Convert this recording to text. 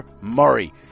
Murray